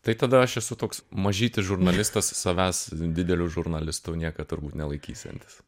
tai tada aš esu toks mažytis žurnalistas savęs dideliu žurnalistu niekad turbūt nelaikysiantis